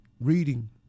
reading